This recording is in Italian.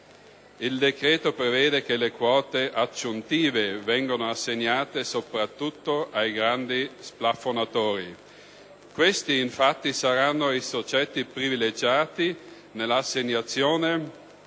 Il provvedimento prevede che le quote aggiuntive vengono assegnate soprattutto ai grandi splafonatori. Questi, infatti, saranno i soggetti privilegiati nell'assegnazione